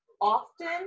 often